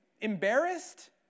Embarrassed